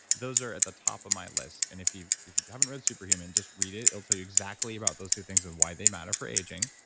those are at the top of my list. and if you if you haven't read super human, just read it, it'll tell you exactly about those two things and why they matter for aging.